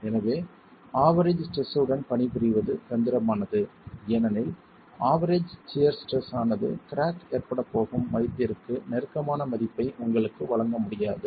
எனவே average stress உடன் பணிபுரிவது தந்திரமானது ஏனெனில் ஆவெரேஜ் சியர் ஸ்ட்ரெஸ் ஆனது கிராக் ஏற்படப் போகும் மதிப்பிற்கு நெருக்கமான மதிப்பை உங்களுக்கு வழங்க முடியாது